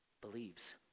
believes